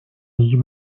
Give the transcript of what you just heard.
بیگ